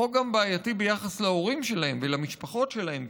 החוק גם בעייתי ביחס להורים שלהם ולמשפחות שלהם,